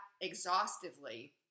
exhaustively